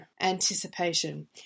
anticipation